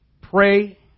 pray